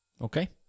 Okay